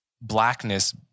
blackness